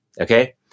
okay